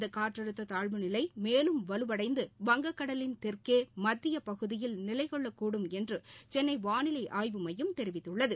இந்தக் காற்றழுத்ததாழ்வு நிலைமேலும் வலுவடைந்து வங்கக் கடலின் தெற்கேமத்தியபகுதியில் நிலைகொள்ளக் கூடும் என்றுசென்னைவானிலைஆய்வு எமயம் தெரிவித்துள்ளது